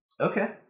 Okay